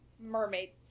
mermaid